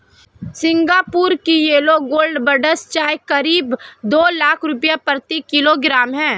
Singapore की yellow gold buds चाय करीब दो लाख रुपए प्रति किलोग्राम है